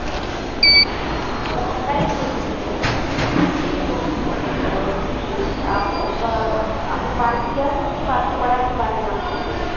अच्छा जी जी मतलब सरकारी स्कूल से किए हैं जी ठीक है आप को आपने बारहवी किया है तो उस के बाद की पढ़ाई के बारे में आप पूछ रही हैं